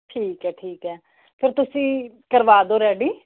ਠੀਕ ਹੈ ਠੀਕ ਹੈ ਫੇਰ ਤੁਸੀਂ ਕਰਵਾ ਦਿਓ ਰੈਡੀ